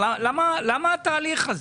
למה התהליך הזה?